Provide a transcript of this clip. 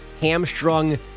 hamstrung